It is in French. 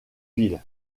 villes